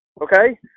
okay